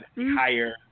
higher